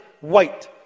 white